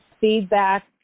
feedback